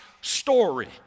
story